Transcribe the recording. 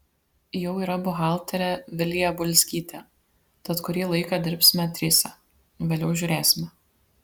jau yra buhalterė vilija bulzgytė tad kurį laiką dirbsime trise vėliau žiūrėsime